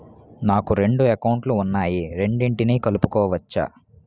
నాకు రెండు అకౌంట్ లు ఉన్నాయి రెండిటినీ కలుపుకోవచ్చా?